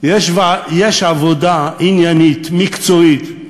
יש עבודה עניינית מקצועית.